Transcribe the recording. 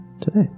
today